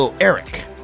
Eric